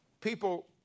People